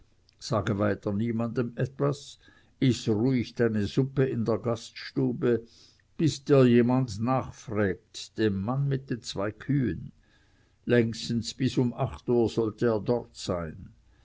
sage weiter niemanden was iß ruhig deine suppe in der gaststube bis dir jemand nachfrägt dem mann mit den zwei kühen längstens bis um acht uhr soll er dort sein